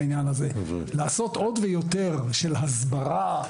לעשות עוד ויותר מהסברה,